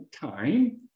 time